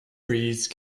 breeze